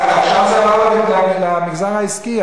עכשיו זה עבר למגזר העסקי.